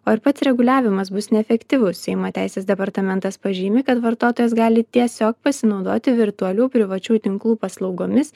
o ir pats reguliavimas bus neefektyvus seimo teisės departamentas pažymi kad vartotojas gali tiesiog pasinaudoti virtualių privačių tinklų paslaugomis